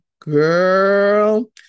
girl